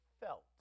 felt